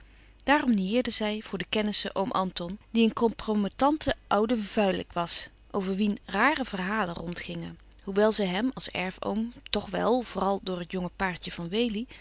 daarom nieerde zij voor de kennissen oom anton die een compromettante oude vuilik was over wien rare verhalen rond gingen hoewel zij hem als erfoom toch wel vooral door het jonge paartje van wely